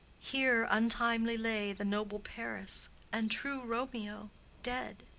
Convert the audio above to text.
here untimely lay the noble paris and true romeo dead.